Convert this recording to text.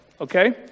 Okay